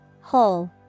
Whole